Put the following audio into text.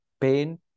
pain